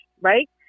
right